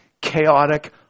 chaotic